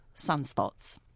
Sunspots